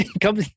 Come